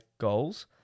Goals